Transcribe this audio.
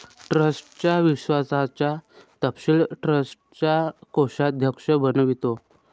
ट्रस्टच्या विश्वासाचा तपशील ट्रस्टचा कोषाध्यक्ष बनवितो